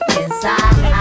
inside